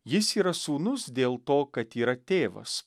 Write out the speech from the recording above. jis yra sūnus dėl to kad yra tėvas